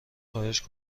خواهش